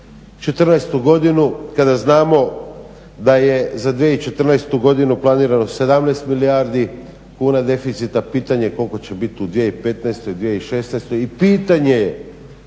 2014. godinu, kada znamo da je za 2014. godinu planirano 17 milijardi kuna deficita. Pitanje je koliko će biti u 2015., 2016. i pitanje je